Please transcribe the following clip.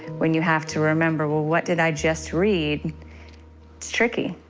when you have to remember, well, what did i just read tricky.